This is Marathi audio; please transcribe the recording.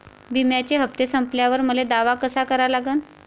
बिम्याचे हप्ते संपल्यावर मले दावा कसा करा लागन?